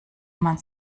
man